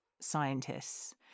scientists